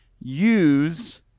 use